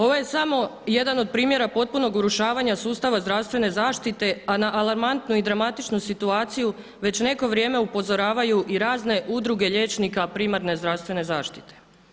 Ovo je samo jedan od primjera potpunog urušavanja sustava zdravstvene zaštite, a na alarmantnu i dramatičnu situaciju već neko vrijeme upozoravaju i razne udruge liječnika primarne zdravstvene zaštite.